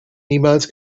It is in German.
niemals